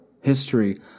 history